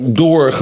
door